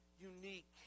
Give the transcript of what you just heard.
unique